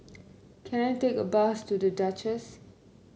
can I take a bus to The Duchess